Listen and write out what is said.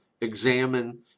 examine